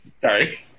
Sorry